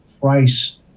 price